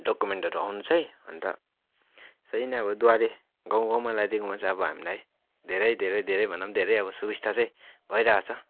डकुमेन्टहरू आउनु चाहिँ अन्त सही नै अब द्वारे गाउँ गाउँमा लगाइदिएकोमा चाहिँ अब हामीलाई धेरै धेरै धेरै भन्दा पनि धेरै अब सुविस्ता चाहिँ भइरहेको छ